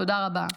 תודה רבה.